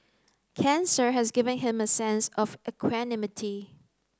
cancer has given him a sense of equanimity